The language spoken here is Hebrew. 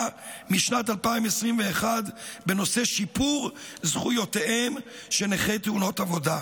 בשנת 2021 בנושא: שיפור זכויותיהם של נכי תאונות עבודה,